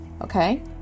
Okay